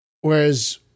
Whereas